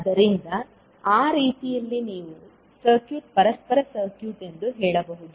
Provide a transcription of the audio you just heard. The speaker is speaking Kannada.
ಆದ್ದರಿಂದ ಆ ರೀತಿಯಲ್ಲಿ ನೀವು ಸರ್ಕ್ಯೂಟ್ ಪರಸ್ಪರ ಸರ್ಕ್ಯೂಟ್ ಎಂದು ಹೇಳಬಹುದು